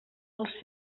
els